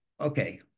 okay